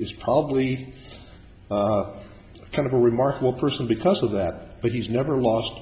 is probably kind of a remarkable person because of that but he's never lost